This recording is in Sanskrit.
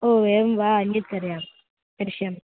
ओ एवं वा अन्यत् कारयामि करिष्यामि